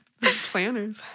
planners